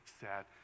sad